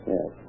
Yes